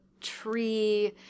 tree